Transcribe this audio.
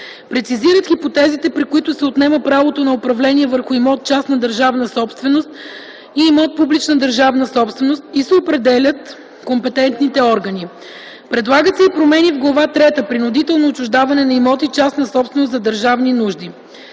Прецизират хипотезите, при които се отнема правото на управление върху имот - частна държавна собственост, и имот - публична държавна собственост, и се определят компетентните органи. Предлагат се и промени в Глава трета - „Принудително отчуждаване на имоти - частна собственост, за държавни нужди”.